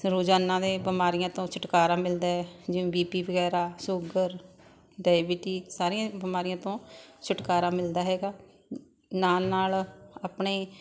ਰੋਜ਼ਾਨਾ ਦੇ ਬਿਮਾਰੀਆਂ ਤੋਂ ਛੁਟਕਾਰਾ ਮਿਲਦਾ ਹੈ ਜਿਵੇਂ ਬੀ ਪੀ ਵਗੈਰਾ ਸੂਗਰ ਡਾਇਬਟੀ ਸਾਰੀਆਂ ਬਿਮਾਰੀਆਂ ਤੋਂ ਛੁਟਕਾਰਾ ਮਿਲਦਾ ਹੈਗਾ ਨਾਲ ਨਾਲ ਆਪਣੇ